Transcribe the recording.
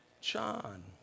John